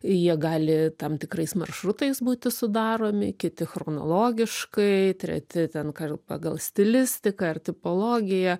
jie gali tam tikrais maršrutais būti sudaromi kiti chronologiškai treti ten kal pagal stilistiką ar tipologiją